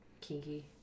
kinky